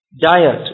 diet